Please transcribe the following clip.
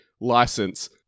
license